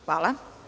Hvala.